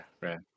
right